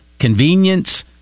convenience